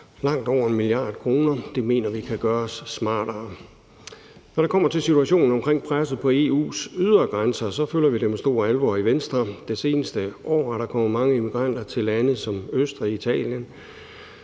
langt over 1 mia. kr. Det mener vi kan gøres smartere. Når det kommer til situationen omkring presset på EU's ydre grænser, følger vi det med stor alvor i Venstre. Det seneste år er der kommet mange immigranter til lande som Østrig og Italien,